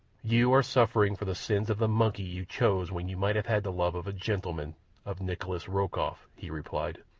you are suffering for the sins of the monkey you chose when you might have had the love of a gentleman of nikolas rokoff, he replied.